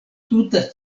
tuta